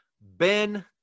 Ben